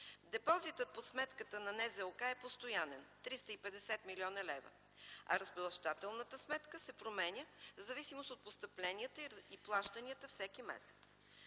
Депозитът по сметката на НЗОК е постоянен – 350 млн. лв., а разплащателната сметка се променя в зависимост от постъпленията и плащанията всеки месец.